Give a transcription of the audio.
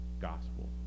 gospel